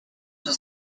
was